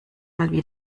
mal